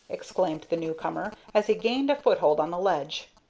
exclaimed the new-comer, as he gained a foothold on the ledge.